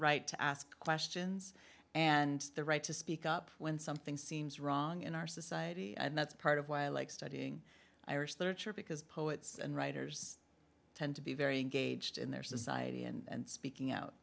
right to ask questions and the right to speak up when something seems wrong in our society and that's part of why i like studying irish literature because poets and writers tend to be very engaged in their society and speaking out